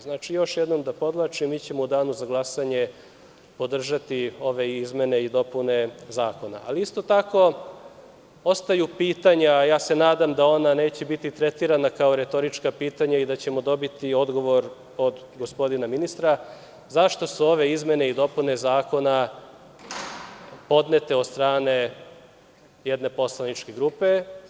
Znači, još jednom podvlačim, mi ćemo u danu za glasanje podržati ove izmene i dopune zakona, ali isto tako ostaju pitanja, a nadam se da ona neće biti tretirana kao retorička pitanja i da ćemo dobiti odgovor od gospodina ministra – zašto su ove izmene i dopune zakona podnete od strane jedne poslaničke grupe?